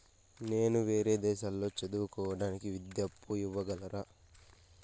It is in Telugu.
నేను వేరే దేశాల్లో చదువు కోవడానికి విద్యా అప్పు ఇవ్వగలరా?